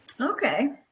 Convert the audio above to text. Okay